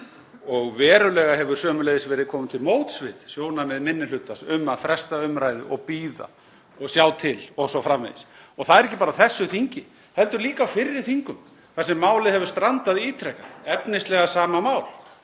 og sömuleiðis hefur verulega verið komið til móts við sjónarmið minni hlutans um að fresta umræðu og bíða og sjá til o.s.frv. Það er ekki bara á þessu þingi heldur líka á fyrri þingum þar sem málið hefur strandað ítrekað, efnislega sama mál,